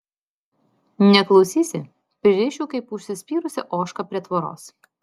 neklausysi pririšiu kaip užsispyrusią ožką prie tvoros